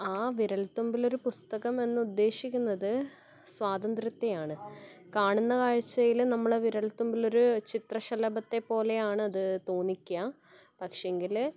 ആ വിരൽ തുമ്പിലൊരു പുസ്തകം എന്ന് ഉദ്ദേശിക്കുന്നത് സ്വതന്ത്ര്യത്തെയാണ് കാണുന്ന കാഴ്ചയിൽ നമ്മളെ വിരൽത്തുമ്പിലൊരു ചിത്രശലഭത്തെ പോലെയാണത് തോന്നിക്കുക പക്ഷേങ്കിൽ